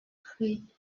cri